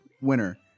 winner